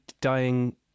dying